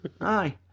Aye